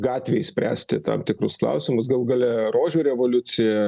gatvėj spręsti tam tikrus klausimus galų gale rožių revoliucija